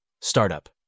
startup